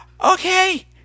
okay